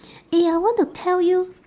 eh I want to tell you